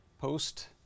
post